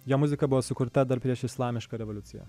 jo muzika buvo sukurta dar prieš islamišką revoliuciją